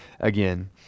again